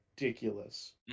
ridiculous